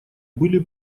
были